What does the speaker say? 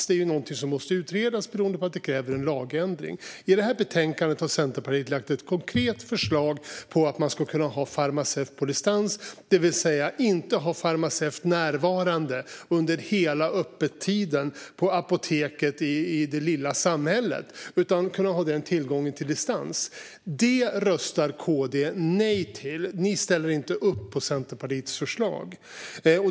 Det måste utredas beroende på att det kräver en lagändring. I betänkandet har Centerpartiet lagt fram ett konkret förslag om att man ska kunna ha en farmaceut på distans, det vill säga inte ha någon farmaceut närvarande under hela öppettiden på apoteket i det lilla samhället. Den tillgången ska man i stället kunna ha på distans. Det röstar KD nej till. Ni ställer inte upp på Centerpartiets förslag.